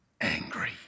angry